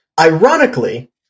Ironically